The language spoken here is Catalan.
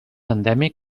endèmic